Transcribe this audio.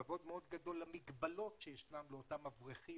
כבוד מאוד גדול למגבלות שישנם לאותם אברכים